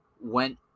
went